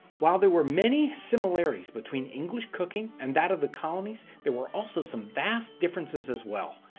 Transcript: while there were many similarities between english cooking and that of the colonies. there were also some vast differences as well.